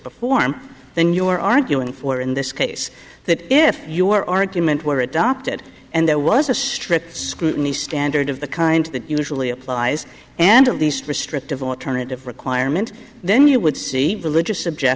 perform then you are arguing for in this case that if you aren't in meant were adopted and there was a strict scrutiny standard of the kind that usually applies and of these restrictive alternative requirement then you would see religious object